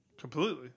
Completely